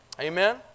Amen